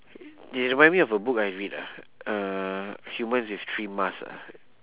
it remind me of a book I read ah uh humans with three masks ah